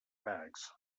bags